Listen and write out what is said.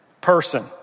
person